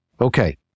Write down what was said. Okay